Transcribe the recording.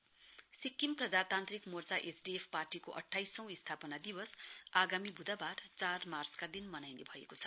SDF Sikkim प्रजातान्त्रिक मोर्चा SDF पार्टीको अठाइसौं स्थापना दिवस आगामी बुधबार चार मार्चका दिन मनाइने भएको छ